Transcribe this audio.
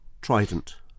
Trident